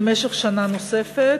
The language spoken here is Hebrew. למשך שנה נוספת,